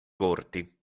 corti